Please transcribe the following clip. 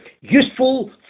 useful